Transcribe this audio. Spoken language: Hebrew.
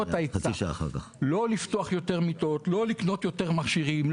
את ההיצע ולא לפתוח יותר מיטות או לקנות יותר מכשירים.